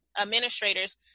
administrators